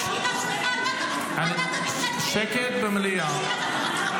--- שקט במליאה.